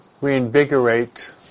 reinvigorate